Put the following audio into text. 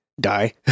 die